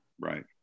right